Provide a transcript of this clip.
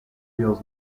feels